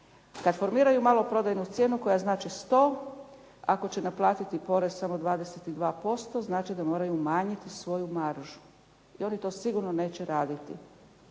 Kad formiraju maloprodajnu cijenu koja znači 100 ako će naplatiti porez samo 22% znači da moraju umanjiti svoju maržu, i oni to sigurno neće raditi.